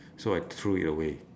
so I threw it away